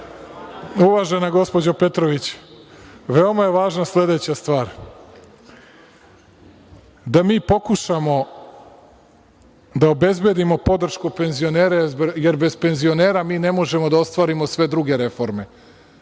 uvažena gospođo Petrović, veoma je važna sledeća stvar. Da mi pokušamo da obezbedimo podršku penzionera, jer bez penzionera mi ne možemo da ostvarimo sve druge reforme. Ja